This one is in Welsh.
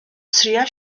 trïa